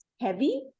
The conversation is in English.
heavy